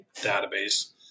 database